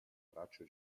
braccio